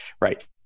right